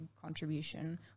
contribution